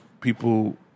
people